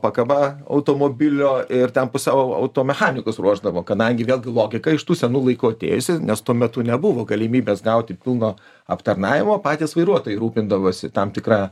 pakaba automobilio ir ten pusiau auto mechanikus ruošdavo kadangi vėlgi logika iš tų senų laikų atėjusi nes tuo metu nebuvo galimybės gauti pilno aptarnavimo patys vairuotojai rūpindavosi tam tikra